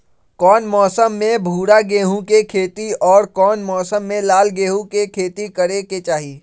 कौन मौसम में भूरा गेहूं के खेती और कौन मौसम मे लाल गेंहू के खेती करे के चाहि?